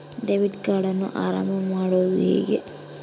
Debit ಕಾರ್ಡನ್ನು ಆರಂಭ ಮಾಡೋದು ಹೇಗೆ?